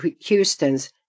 Houston's